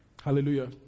Hallelujah